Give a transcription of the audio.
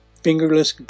Fingerless